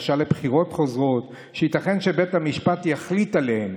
בקשה לבחירות חוזרות שייתכן שבית המשפט יחליט עליהן.